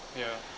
ya